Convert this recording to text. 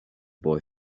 boy